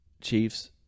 Chiefs